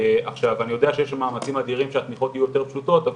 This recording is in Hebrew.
עכשיו אני יודע שיש מאמצים אדירים שהתמיכות יהיו יותר פשוטות.